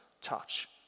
Touch